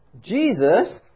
Jesus